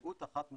זהות אחת,